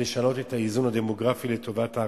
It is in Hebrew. ולשנות את האיזון הדמוגרפי לטובת הערבים.